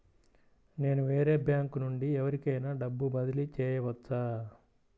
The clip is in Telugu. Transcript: నేను వేరే బ్యాంకు నుండి ఎవరికైనా డబ్బు బదిలీ చేయవచ్చా?